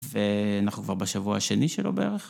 ואנחנו כבר בשבוע השני שלו בערך.